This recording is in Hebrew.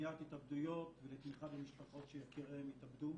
למניעת התאבדויות ולתמיכה במשפחות שיקיריהם התאבדו.